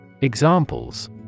Examples